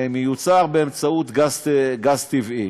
מיוצר באמצעות גז טבעי.